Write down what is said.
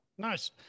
Nice